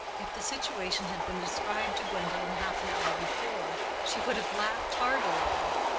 if the situation had been described to gwendolen half an hour before, she would have laughed heartily at it,